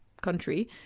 country